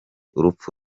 urupfu